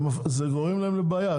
זה גורם להם לבעיה.